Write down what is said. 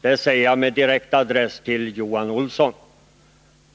Detta säger jag med direkt adress till Johan Olsson.